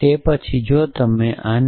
તે પછી જો તમારે આને